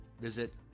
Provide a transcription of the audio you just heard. Visit